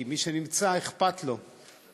כי מי שנמצא אכפת לו,